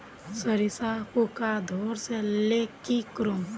सरिसा पूका धोर ले की करूम?